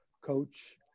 coach